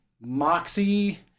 moxie